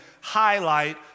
highlight